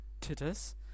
Titus